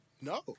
No